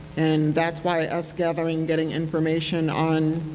and that's why us gathering, getting information on,